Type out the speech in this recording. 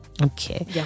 Okay